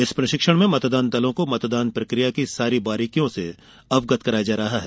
इस प्रशिक्षण में मतदान दलों को मतदान प्रक्रिया की बारीकियों से अवगत कराया जा रहा है